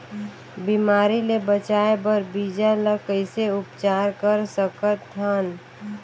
बिमारी ले बचाय बर बीजा ल कइसे उपचार कर सकत हन?